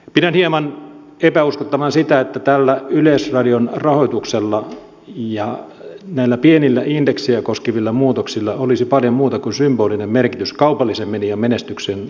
pidän hieman epäuskottavana sitä että tällä yleisradion rahoituksella ja näillä pienillä indeksejä koskevilla muutoksilla olisi paljon muuta kuin symbolinen merkitys kaupallisen median menestyksen kannalta